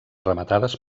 rematades